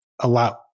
allow